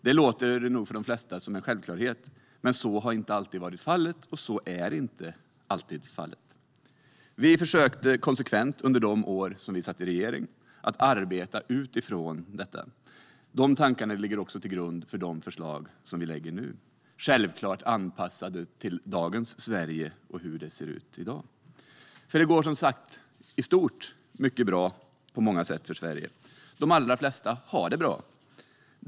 Det låter nog som en självklarhet för de flesta, men så har inte alltid varit fallet och så är inte alltid fallet. Vi försökte konsekvent under de år vi satt i regering att arbeta utifrån detta. De tankarna ligger också till grund för de förslag som vi nu lägger fram - självklart anpassade till dagens Sverige och hur det ser ut i dag, för i dag går det som sagt mycket bra för Sverige i stort. De allra flesta har det bra.